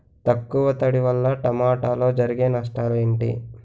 తక్కువ తడి వల్ల టమోటాలో జరిగే నష్టాలేంటి?